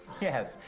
yes,